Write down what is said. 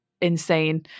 insane